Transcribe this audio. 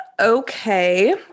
okay